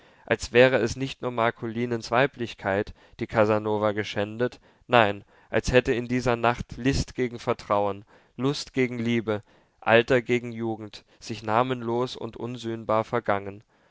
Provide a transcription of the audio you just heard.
als wäre es nicht nur marcolinens weiblichkeit die casanova geschändet nein als hätte in dieser nacht list gegen vertrauen lust gegen liebe alter gegen jugend sich namenlos und unsühnbar vergangen